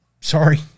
sorry